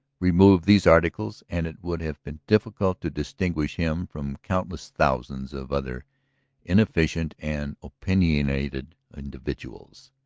remove these articles and it would have been difficult to distinguish him from countless thousands of other inefficient and opinionated individuals.